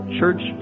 Church